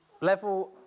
level